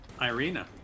Irina